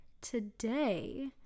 Today